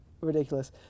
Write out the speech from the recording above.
ridiculous